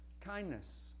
Kindness